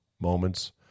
moments